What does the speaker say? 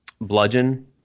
Bludgeon